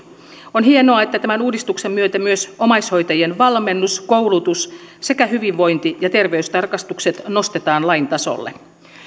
on hienoa että tämän uudistuksen myötä myös omaishoitajien valmennus koulutus sekä hyvinvointi ja terveystarkastukset nostetaan lain tasolle